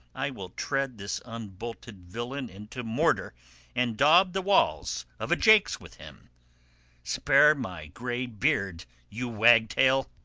i will tread this unbolted villain into mortar and daub the walls of a jakes with him spare my grey beard, you wagtail?